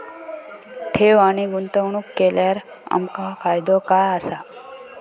ठेव आणि गुंतवणूक केल्यार आमका फायदो काय आसा?